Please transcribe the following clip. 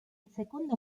secondo